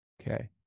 Okay